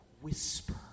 whisper